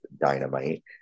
Dynamite